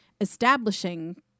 establishing